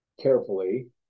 carefully